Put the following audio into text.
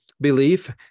belief